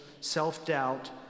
self-doubt